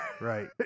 Right